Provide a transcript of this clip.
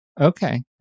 okay